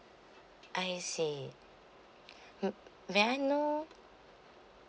I see okay mm may I know